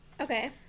Okay